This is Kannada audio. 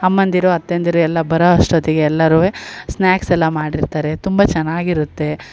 ಅಮ್ಮಂದಿರು ಅತ್ತೆಯಂದಿರು ಎಲ್ಲ ಬರೋಷ್ಟೊತ್ತಿಗೆ ಎಲ್ಲರು ಸ್ನ್ಯಾಕ್ಸ್ ಎಲ್ಲ ಮಾಡಿರ್ತಾರೆ ತುಂಬ ಚೆನ್ನಾಗಿರುತ್ತೆ